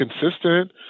consistent